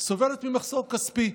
סובלת ממחסור כספי,